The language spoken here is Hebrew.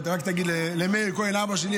רק תגיד למאיר כהן אבא שלי,